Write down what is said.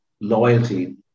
loyalty